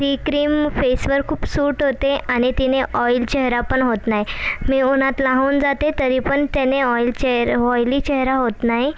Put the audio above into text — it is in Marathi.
ती क्रीम फेसवर खूप सूट होते आणि तिने ऑइल चेहरा पण होत नाही मी उन्हात लाहून जाते तरी पण त्याने ऑइल चेहरा ऑइली चेहरा होत नाही